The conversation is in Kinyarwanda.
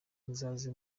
muzaze